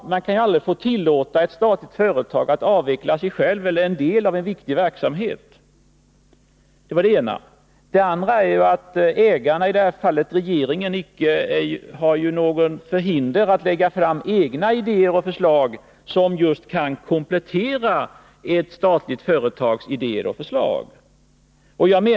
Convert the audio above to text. Man kan aldrig tillåta ett statligt företag att avveckla sig självt eller en del av en viktig verksamhet. För det andra är ägaren — i detta fall alltså regeringen — inte förhindrad att lägga fram egna idéer och förslag som kan komplettera ett statligt företags idéer och förslag.